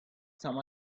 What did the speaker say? some